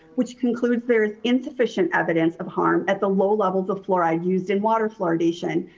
which concludes there is insufficient evidence of harm at the low levels of fluoride used in water fluoridation.